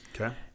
Okay